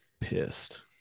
pissed